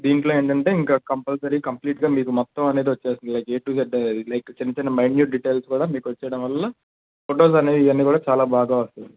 దీంట్లో ఏంటంటే ఇంక కంపల్సరీ కంప్లీట్గా మీకు మొత్తం అనేది వస్తుంది లైక్ ఏ టు జెడ్ అనేది లైక్ చిన్న చిన్న మైన్యూట్ డీటెయిల్స్ కూడా మీకు వచ్చేయడం వల్ల ఫోటోస్ అనేవి ఇవి అన్నీ కూడా చాలా బాగా వస్తాయి